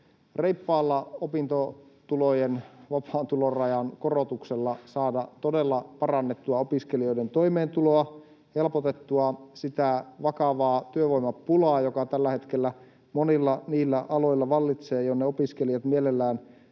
reippaalla opintotulojen vapaan tulorajan korotuksella saada todella parannettua opiskelijoiden toimeentuloa, helpotettua sitä vakavaa työvoimapulaa, joka tällä hetkellä monilla niillä aloilla vallitsee, jonne opiskelijat mielellään